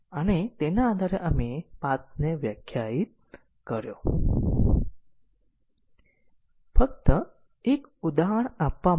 ગ્રાફને જોવા અને પાથનો લીનીયર રીતે ઈન્ડીપેન્ડન્ટ સમૂહ શું છે તે શોધવા માટે